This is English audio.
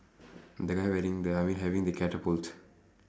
the guy wearing the I mean having the catapult